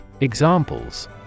Examples